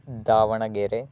Davanagere